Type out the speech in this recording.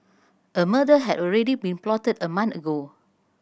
a murder had already been plotted a month ago